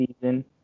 season